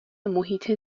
محیط